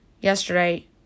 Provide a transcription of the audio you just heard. yesterday